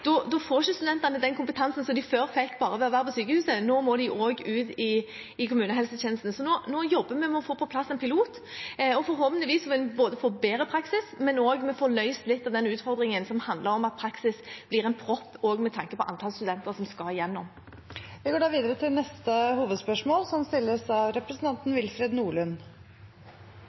får ikke studentene den kompetansen som de før fikk bare ved å være på sykehuset. Nå må de også ut i kommunehelsetjenesten. Så nå jobber vi med å få på plass en pilot, og forhåpentligvis vil en både få bedre praksis og få løst litt av den utfordringen som handler om at praksis blir en propp, med tanke på antallet studenter som skal igjennom. Vi går videre til neste hovedspørsmål. Mitt spørsmål går til kommunalministeren. Det er i den nye regjeringsplattformen og av